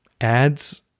ads